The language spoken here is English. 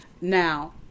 Now